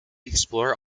explore